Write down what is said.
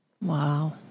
Wow